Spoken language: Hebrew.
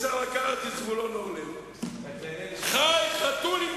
נשב בוועדות, כשאין בוועדות כמעט נציגים